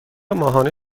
ماهانه